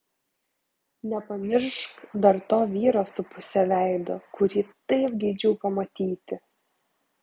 nepamiršk dar to vyro su puse veido kurį taip geidžiau pamatyti